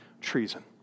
treason